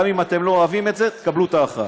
גם אם אתם לא אוהבים את זה, תקבלו את ההכרעה.